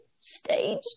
stage